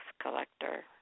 collector